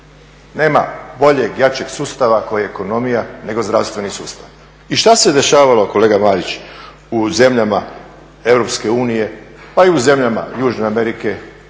Nema boljeg, jačeg sustava koji je ekonomija nego zdravstveni sustav. I šta se dešavalo kolega Marić u zemljama Europske unije pa i u zemljama južne Amerike